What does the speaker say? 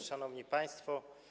Szanowni Państwo!